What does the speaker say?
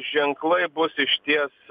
ženklai bus išties